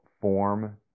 form